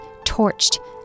torched